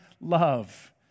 love